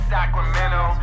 Sacramento